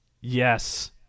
Yes